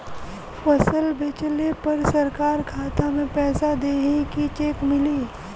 फसल बेंचले पर सरकार खाता में पैसा देही की चेक मिली?